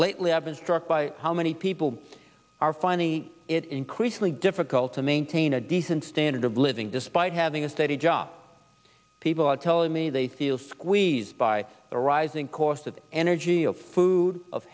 lately i've been struck by how many people are finding it increasingly difficult to maintain a decent standard of living despite having a steady job people are telling me they feel squeezed by the rising cost of energy and food of